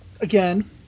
again